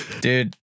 Dude